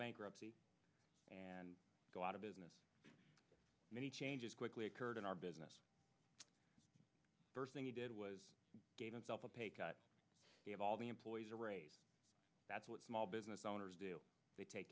bankruptcy and go out of business many changes quickly occurred in our business first thing he did was give himself a pay cut to have all the employees around that's what small business owners do they take